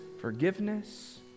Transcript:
forgiveness